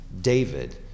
David